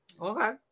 Okay